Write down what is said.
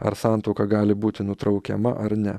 ar santuoka gali būti nutraukiama ar ne